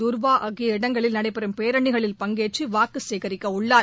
தர்வா ஆகிய இடங்களில் நடைபெறும் பேரனிகளில் பங்கேற்று வாக்கு சேகரிக்கவுள்ளார்